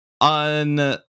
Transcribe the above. on